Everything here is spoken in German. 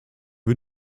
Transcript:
wir